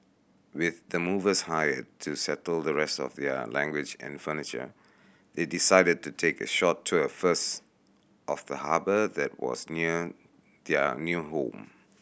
with the movers hired to settle the rest of their language and furniture they decided to take a short tour first of the harbour that was near their new home